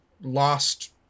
lost